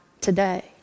today